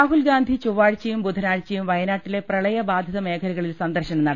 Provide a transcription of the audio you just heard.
രാഹുൽ ഗാന്ധി ചൊവ്വാഴ്ചയും ബുധനാഴ്ചയും വയ നാട്ടിലെ പ്രളയബാധിത മേഖലകളിൽ സന്ദർശനം നടത്തും